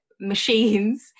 machines